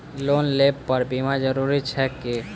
Loan लेबऽ पर बीमा जरूरी छैक की?